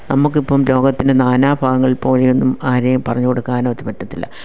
നമുക്കിപ്പം ലോകത്തിന് നാനാഭാഗങ്ങളിൽ പോയൊന്നും ആരേയും പറഞ്ഞു കൊടുക്കാനായിട്ട് പറ്റത്തില്ല